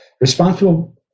responsible